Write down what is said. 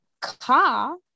car